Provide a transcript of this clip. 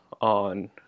on